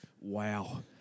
Wow